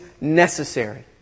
necessary